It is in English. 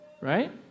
Right